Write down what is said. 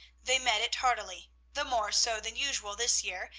they met it heartily, the more so than usual this year,